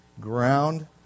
ground